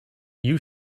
you